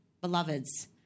beloveds